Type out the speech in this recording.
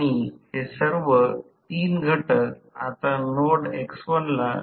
तर हे माझे 3 ω एस नंतर I2 2या अभिव्यक्तीद्वारे येथे r2 द्वारे s करा